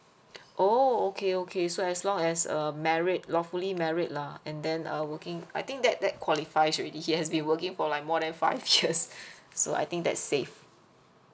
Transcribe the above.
oh okay okay so as long as uh married lawfully married lah and then uh working I think that that qualifies already he has been working for like more than five years so I think that's safe